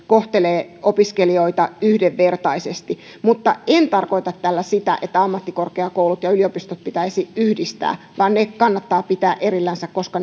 kohtelee opiskelijoita yhdenvertaisesti mutta en tarkoita tällä sitä että ammattikorkeakoulut ja yliopistot pitäisi yhdistää vaan ne kannattaa pitää erillänsä koska